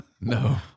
No